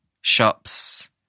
Shops